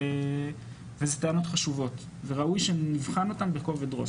זה טענות חשובות וראוי שנבחן אותן בכובד ראש.